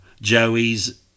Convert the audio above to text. Joey's